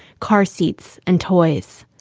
carseats and toys.